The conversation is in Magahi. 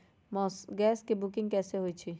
गैस के बुकिंग कैसे होईछई?